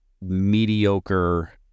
mediocre